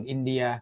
India